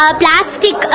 plastic